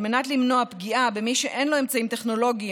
על מנת למנוע פגיעה במי שאין לו אמצעים טכנולוגיים